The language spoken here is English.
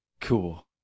Cool